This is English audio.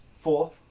four